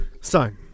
Sign